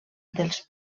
dels